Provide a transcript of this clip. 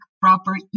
proper